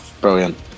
Brilliant